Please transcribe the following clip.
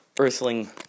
Earthling